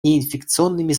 неинфекционными